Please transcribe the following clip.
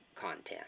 content